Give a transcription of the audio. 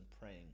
praying